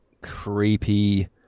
creepy